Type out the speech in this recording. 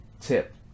tip